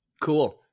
Cool